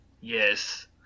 Yes